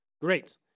Great